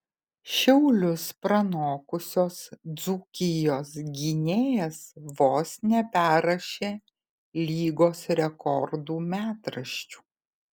šiaulius pranokusios dzūkijos gynėjas vos neperrašė lygos rekordų metraščių